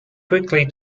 quickly